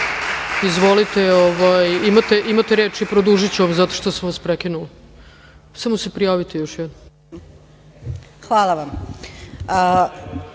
izvolite, imate reč i produžiću vam zato što sam vas prekinula. Samo se prijavite još jednom.